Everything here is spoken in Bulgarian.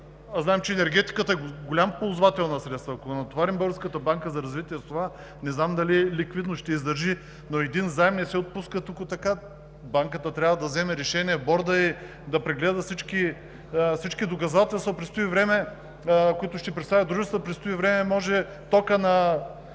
а знаем, че енергетиката е голям ползвател на средства, Българската банка за развитие с това, не знам дали ликвидно ще издържи. Един заем не се отпуска току-така – Банката трябва да вземе решение, Бордът ѝ, да прегледа всички доказателства, които ще представят дружествата, а през това време може токът на